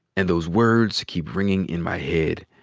and those words keep ringing in my head.